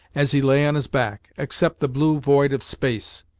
as he lay on his back, except the blue void of space,